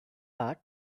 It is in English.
part